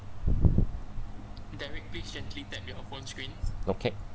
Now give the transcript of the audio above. okay